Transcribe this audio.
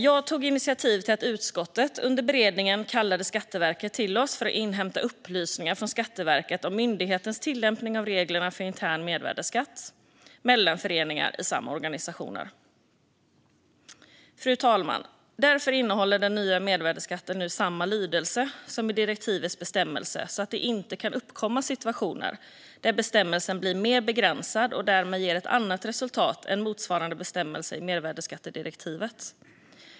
Jag tog initiativ till att utskottet under beredningen kallade Skatteverket till sig för att inhämta upplysningar från Skatteverket om myndighetens tillämpning av reglerna för intern mervärdesskatt mellan föreningar i samma organisation. Fru talman! Därför innehåller den nya mervärdesskattelagen nu samma lydelse som i direktivets bestämmelse så att det inte kan uppkomma situationer där bestämmelsen blir mer begränsad och därmed ger ett annat resultat än motsvarande bestämmelse i mervärdesskattedirektivet.